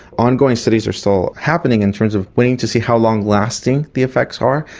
ongoing studies are still happening in terms of waiting to see how long-lasting the effects are,